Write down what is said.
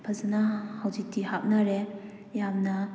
ꯐꯖꯅ ꯍꯧꯖꯤꯛꯇꯤ ꯍꯥꯞꯅꯔꯦ ꯌꯥꯝꯅ